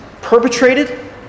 perpetrated